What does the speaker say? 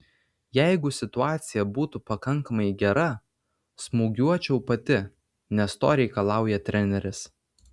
jeigu situacija būtų pakankamai gera smūgiuočiau pati nes to reikalauja treneris